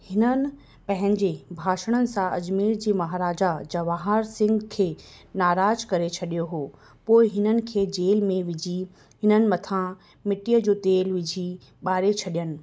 हिननि पंहिंजे भाषणं सां अजमेर जे महाराज जवाहर सिंह खे नाराज करे छॾियो हो पोइ हिननि खे जेल में विझी हिननि मथां मिट्टीअ जो तेल विझी ॿारे छॾियनि